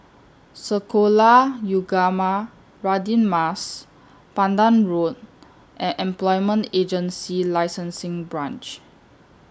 Sekolah Ugama Radin Mas Pandan Road and Employment Agency Licensing Branch